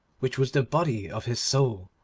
which was the body of his soul,